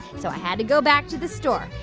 so i had to go back to the store,